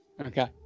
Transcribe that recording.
okay